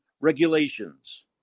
regulations